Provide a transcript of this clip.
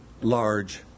large